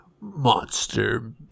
monster